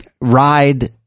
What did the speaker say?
ride